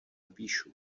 píšu